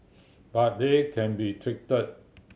but they can be treated